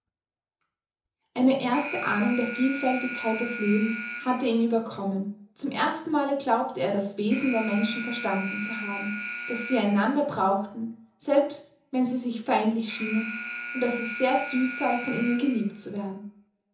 eine erste ahnung der vielfältigkeit des lebens hatte ihn überkommen zum ersten male glaubte er das wesen der menschen verstanden zu haben daß sie einander brauchten selbst wenn sie sich feindlich schienen und daß es sehr süß sei von ihnen geliebt zu werden